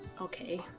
Okay